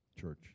church